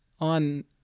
on